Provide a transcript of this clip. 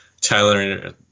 Tyler